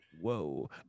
Whoa